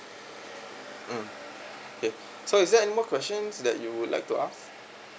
mm okay so is there any more questions that you would like to ask